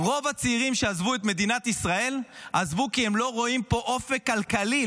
רוב הצעירים שעזבו את מדינת ישראל עזבו כי הם לא רואים פה אופק כלכלי,